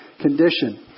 condition